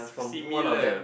similar